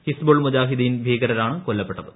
ഹിസ്ബുൾ മുജാഹിദ്ദീൻ ഭീകരരാണ് കൊല്ലപ്പെട്ടത്